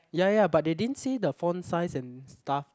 ya ya but they didn't say the font size and stuff